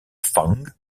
fang